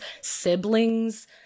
siblings